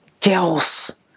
girls